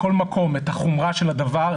כל מקום את החומרה של הדבר,